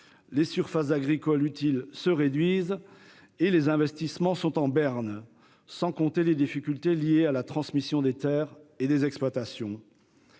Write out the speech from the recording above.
Les surfaces agricoles utiles se réduisent et les investissements sont en berne, sans compter les difficultés liées à la transmission des terres et des exploitations.